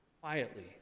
quietly